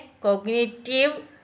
cognitive